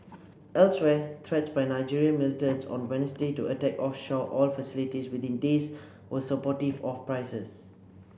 elsewhere threats by Nigerian militants on Wednesday to attack offshore oil facilities within days were supportive of prices